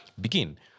begin